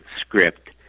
script